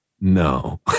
no